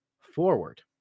forward